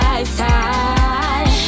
Lifetime